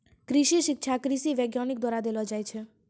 कृषि शिक्षा कृषि वैज्ञानिक द्वारा देलो जाय छै